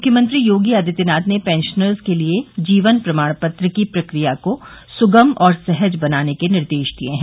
मुख्यमंत्री योगी आदित्यनाथ ने पॅशनर्स के लिये जीवन प्रमाण पत्र की प्रक्रिया को सुगम और सहज बनाने के निर्देश दिये हैं